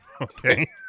Okay